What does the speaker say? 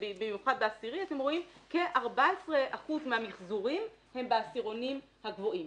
במיוחד בעשירי אתם רואים כ-14% מהמיחזורים הם בעשירונים הגבוהים.